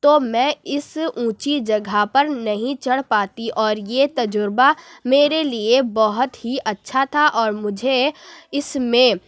تو میں اس اونچی جگہ پر نہیں چڑھ پاتی اور یہ تجربہ میرے لیے بہت ہی اچھا تھا اور مجھے اس میں